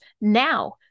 now